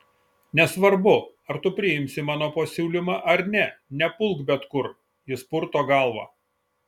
nesvarbu ar tu priimsi mano pasiūlymą ar ne nepulk bet kur jis purto galvą